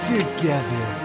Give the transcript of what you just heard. Together